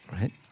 Right